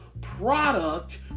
product